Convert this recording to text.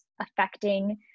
affecting